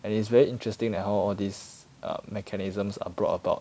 and it's very interesting that how all these err mechanisms are brought about